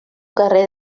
carrer